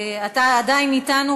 אתה עדיין אתנו,